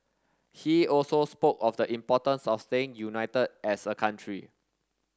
he also spoke of the importance of staying united as a country